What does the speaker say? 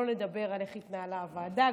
לא נדבר על איך התנהלה הוועדה,